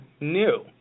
new